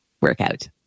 Workout